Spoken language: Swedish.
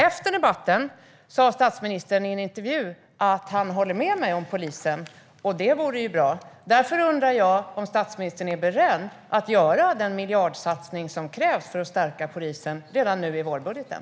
Efter debatten sa statsministern i en intervju att han håller med mig om polisen. Det vore ju bra. Därför undrar jag om statsministern är beredd att göra den miljardsatsning som krävs för att stärka polisen redan nu i vårbudgeten.